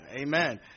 Amen